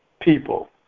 people